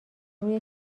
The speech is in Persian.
روی